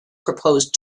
proposed